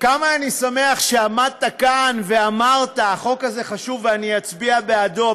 כמה אני שמח שעמדת כאן ואמרת: החוק הזה חשוב ואני אצביע בעדו,